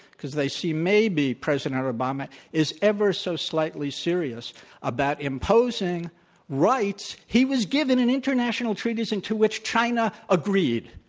because they see maybe president obama is ever so slightly serious about imposing rights he was given in international treaties into which china agreed.